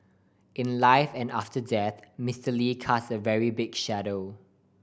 in life and after death Mister Lee casts a very big shadow